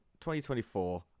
2024